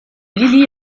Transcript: lili